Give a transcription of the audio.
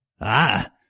Ah